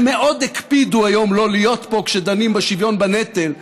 הם מאוד הקפידו היום לא להיות פה היום כשדנים בשוויון בנטל,